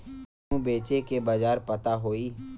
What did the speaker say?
गेहूँ बेचे के बाजार पता होई?